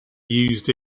used